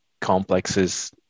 complexes